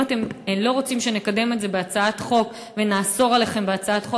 אם אתם לא רוצים שנקדם את זה בהצעת החוק ונאסור עליכם בהצעת חוק,